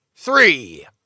Three